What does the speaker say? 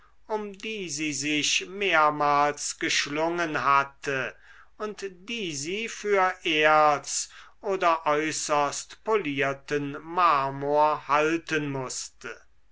um die sie sich mehrmals geschlungen hatte und die sie für erz oder äußerst polierten marmor halten mußte